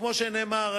וכמו שנאמר,